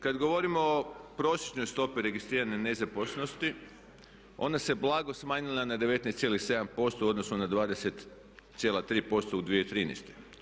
Kad govorimo o prosječnoj stopi registrirane nezaposlenosti ona se blago smanjila na 19,7% u odnosu na 20,3% u 2013.